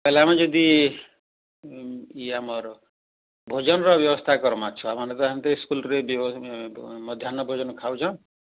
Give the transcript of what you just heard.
ତା'ହେଲେ ଆମେ ଯଦି ଇଏ ଆମର ଭୋଜନର ବ୍ୟବସ୍ଥା କରିମା ଛୁଆ ମାନଙ୍କର ସେମିତି ସ୍କୁଲରେ ମଧ୍ୟାନ ଭୋଜନ ଖାଉଛନ